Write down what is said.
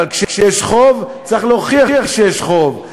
אבל כשיש חוב צריך להוכיח שיש חוב,